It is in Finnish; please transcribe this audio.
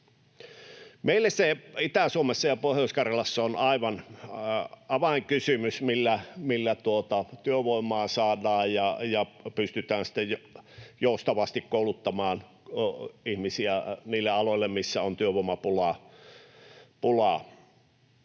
Meille Itä-Suomessa ja Pohjois-Karjalassa on aivan avainkysymys, millä työvoimaa saadaan ja pystytään sitten joustavasti kouluttamaan ihmisiä niille aloille, missä on työvoimapula.